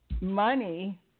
money